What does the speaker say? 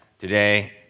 today